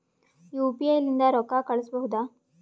UPI ಲಿಂದ ರೊಕ್ಕ ಕಳಿಸಬಹುದಾ?